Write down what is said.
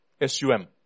S-U-M